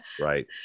Right